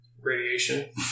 radiation